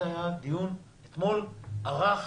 הדיון אתמול ארך